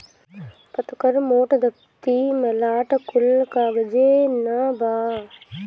पतर्का, मोट, दफ्ती, मलाट कुल कागजे नअ बाअ